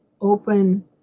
open